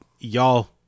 Y'all